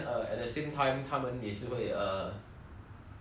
like 这样用那个 room 去 communicate lah